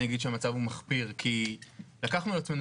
אני אגיד שהמצב הוא מחפיר כי לקחנו על עצמנו